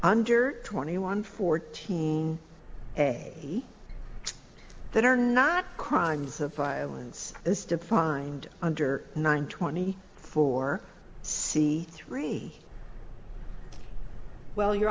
under twenty one fourteen a that are not crimes of violence as defined under nine twenty four c three well you